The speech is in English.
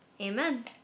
Amen